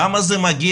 למה?